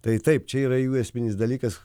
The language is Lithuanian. tai taip čia yra jų esminis dalykas